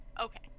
Okay